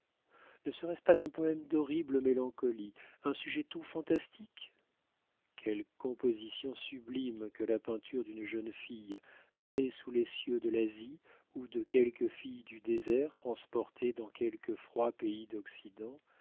ne serait-ce pas un poème d'horrible mélancolie un sujet tout fantastique quelle composition sublime que la peinture d'une jeune fille née sous les cieux de l'asie ou de quelque fille du désert transportée dans quelque froid pays d'occident